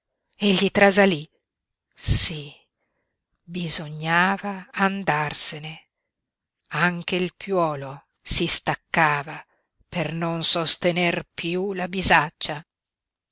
dito nero egli trasalí sí bisognava andarsene anche il piuolo si staccava per non sostener piú la bisaccia